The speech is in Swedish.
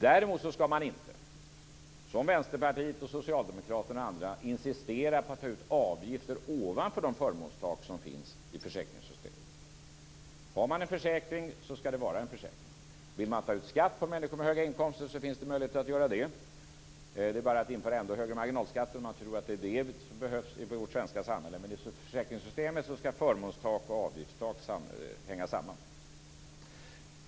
Däremot skall man inte - som Vänsterpartiet, Socialdemokraterna och andra vill - insistera på att ta ut avgifter ovanför de förmånstak som finns i försäkringssystemen. Har man en försäkring, så skall det vara en försäkring. Vill man ta ut skatt på människor med höga inkomster, finns det möjlighet att göra det. Det är bara att införa ännu högre marginalskatter, om man nu tror att det är det som behövs i vårt samhälle. Men i försäkringssystemet skall förmånstak och avgiftstak hänga samman.